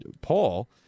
paul